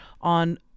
on